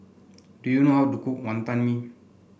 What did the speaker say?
do you know how to cook Wonton Mee